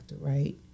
right